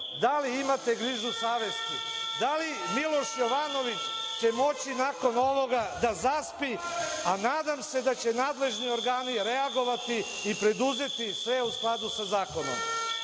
da li imate grižu savesti. Da li Miloš Jovanović će moći nakon ovoga da zaspi, a nadam se da će nadležni organi reagovati i preduzeti sve u skladu sa zakonom. Danas